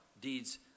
deeds